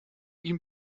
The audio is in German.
ihm